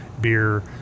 beer